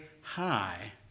hi